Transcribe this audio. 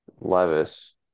Levis